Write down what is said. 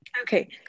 Okay